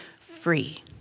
free